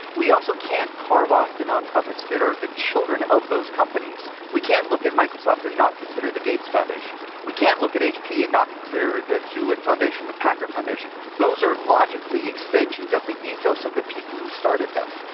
we also can't carve off the nonprofits that are the children of those companies. we can't look at microsoft and not consider the gates foundation. we can't look at hp and not consider the hewlett foundation, the packard foundation. those are logically extensions of the ethos of the people who started them.